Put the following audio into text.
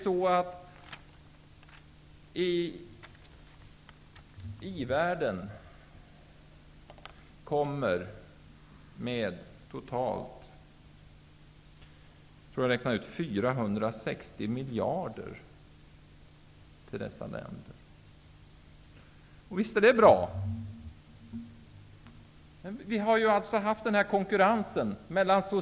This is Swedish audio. I-världen bidrar totalt med ca 460 miljarder kronor till dessa länder.